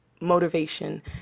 motivation